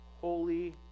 holy